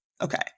Okay